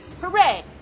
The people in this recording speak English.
Hooray